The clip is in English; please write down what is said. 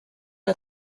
are